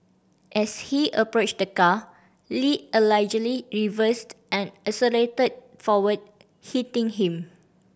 as he approached the car Lee allegedly reversed and accelerated forward hitting him